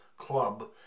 club